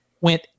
went